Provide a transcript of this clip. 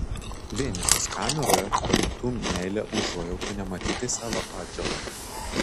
vienišas kameroje pajuntu meilią užuojautą nematytai savo atžalai